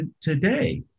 today